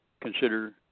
consider